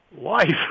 life